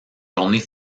journée